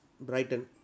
Brighton